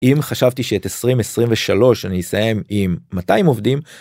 אם חשבתי שאת 2023 אני אסיים עם מתי הם עובדים.